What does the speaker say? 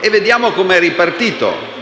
e vediamo come è ripartito: